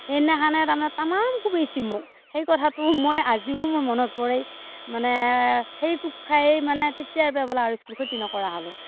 সেইদিনাখনেই তাৰমানে তামাম কোবাইছে মোক সেই কথাটো মই আজিও মোৰ মনত পৰে মানে সেই কোব খাই মানে তেতিয়াৰ পৰা বোলে আৰু স্কুল খতি নকৰা হ'লো